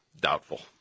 Doubtful